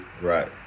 Right